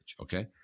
Okay